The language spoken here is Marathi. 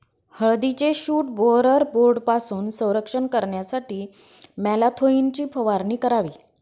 हळदीचे शूट बोअरर बोर्डपासून संरक्षण करण्यासाठी मॅलाथोईनची फवारणी करावी